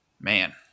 man